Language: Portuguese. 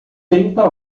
trinta